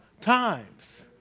times